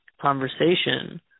conversation